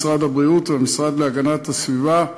משרד הבריאות והמשרד להגנת הסביבה.